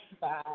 Bye